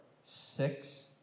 six